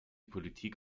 politik